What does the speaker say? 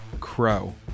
Crow